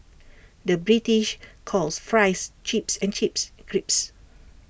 the British calls Fries Chips and Chips Crisps